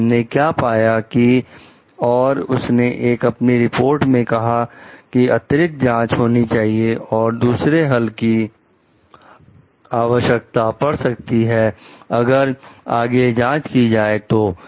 तो हमने क्या पाया कि और उसने यह अपनी रिपोर्ट में कहा कि अतिरिक्त जांच होनी चाहिए और दूसरे हल की आवश्यकता पड़ सकती है अगर आगे जांच की जाए तो